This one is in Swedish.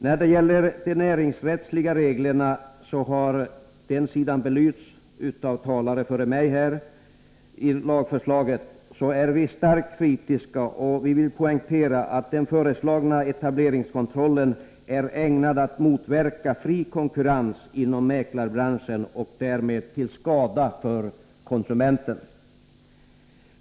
Då det gäller de näringsrättsliga reglerna i lagförslaget, som också har berörts av tidigare talare, är vi starkt kritiska och vill poängtera att den föreslagna etableringskontrollen är ägnad att motverka fri konkurrens inom mäklarbranschen. Den skulle därmed vara till skada för konsumenterna.